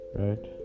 right